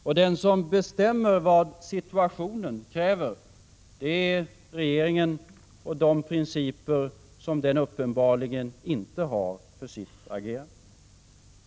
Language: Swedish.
Och den som bestämmer vad situationen kräver, det är regeringen och de principer som den uppenbarligen inte har för sitt agerande.